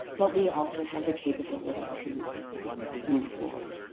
but we also have the capability to move forward.